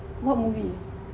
what movie